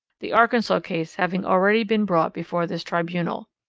the arkansas case having already been brought before this tribunal.